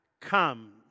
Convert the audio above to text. come